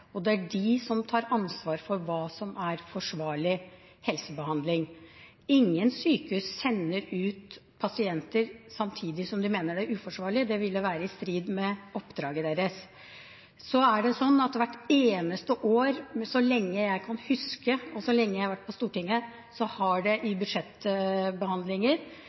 og det er de som tar ansvar for hva som er forsvarlig helsebehandling. Ingen sykehus sender ut pasienter hvis de mener det er uforsvarlig. Det ville være i strid med oppdraget deres. Så er det sånn at hvert eneste år så lenge jeg kan huske, og så lenge jeg har vært på Stortinget, har det i budsjettbehandlinger